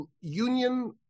union